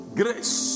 grace